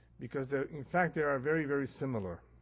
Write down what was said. because they are in fact, they are are very, very similar.